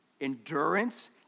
endurance